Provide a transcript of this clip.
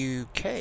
UK